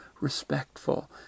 respectful